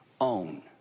own